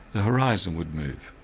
the horizon would move.